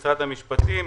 משרד המשפטים,